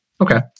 Okay